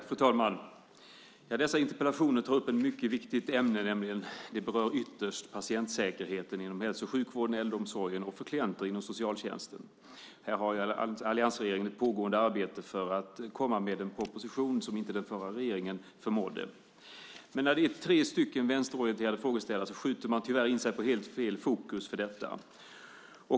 Fru talman! Dessa interpellationer tar upp ett mycket viktigt ämne. De berör nämligen ytterst patientsäkerheten inom hälso och sjukvården och äldreomsorgen samt för klienter inom socialtjänsten. Här har alliansregeringen ett pågående arbete för att komma med en proposition, vilket inte den förra regeringen förmådde. När det är tre stycken vänsterorienterade frågeställare skjuter man tyvärr in sig på helt fel saker.